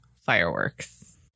fireworks